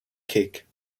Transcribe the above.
kick